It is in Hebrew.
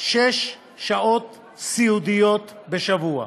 שש שעות סיעודיות בשבוע,